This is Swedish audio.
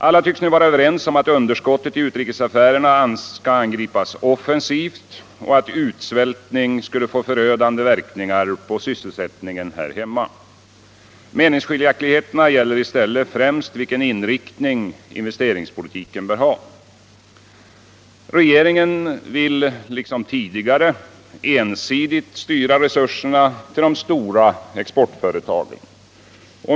Alla tycks nu vara överens om att underskottet i utrikesaffärerna skall angripas offensivt och att ”utsvältning” skulle få förödande verkningar på sysselsättningen här hemma. Meningsskiljaktigheterna gäller i stället främst vilken inriktning investeringspolitiken bör ha. Regeringen vill liksom tidigare ensidigt styra resurserna till de stora exportföretagen.